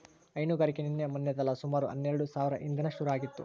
ಹೈನುಗಾರಿಕೆ ನಿನ್ನೆ ಮನ್ನೆದಲ್ಲ ಸುಮಾರು ಹನ್ನೆಲ್ಡು ಸಾವ್ರ ಹಿಂದೇನೆ ಶುರು ಆಗಿತ್ತು